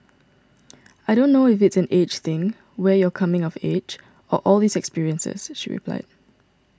I don't know if it's an age thing where you're coming of age or all these experiences she replied